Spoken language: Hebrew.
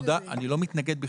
אני בכלל לא מתנגד.